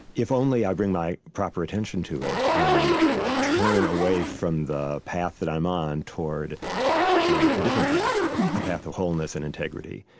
if only i bring my proper attention to it and turn away from the path that i'm on toward a different path mm-hmm a path of wholeness and integrity.